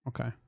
Okay